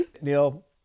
Neil